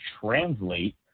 translate